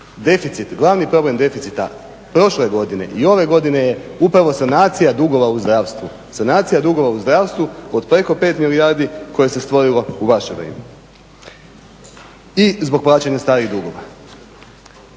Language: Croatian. Deficit, glavni problem deficita prošle godine i ove godine je upravo sanacija dugova u zdravstvu, sanacija dugova u zdravstvu od preko 5 milijardi koje se stvorilo u vaše vrijeme i zbog plaćanja starih dugova.